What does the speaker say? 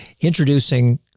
introducing